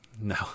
No